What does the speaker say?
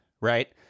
right